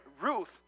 Ruth